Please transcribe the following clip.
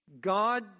God